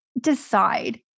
decide